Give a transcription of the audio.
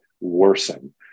worsen